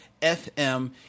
FM